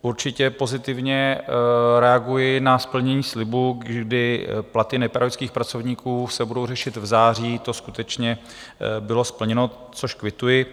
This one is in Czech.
Určitě pozitivně reaguji na splnění slibu, kdy platy nepedagogických pracovníků se budou řešit v září, to skutečně bylo splněno, což kvituji.